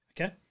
Okay